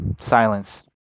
Silence